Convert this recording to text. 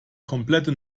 komplette